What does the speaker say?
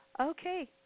Okay